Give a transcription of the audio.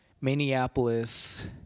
Minneapolis